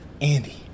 Andy